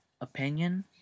opinion